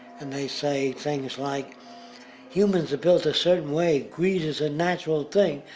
and they say things like humans are built a certain way, greed is a natural thing,